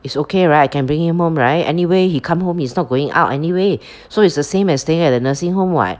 it's okay right can bring him home right anyway he come home he's not going out anyway so it's the same as staying at the nursing home [what]